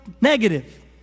Negative